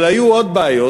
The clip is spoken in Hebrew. אבל היו עוד בעיות,